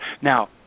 Now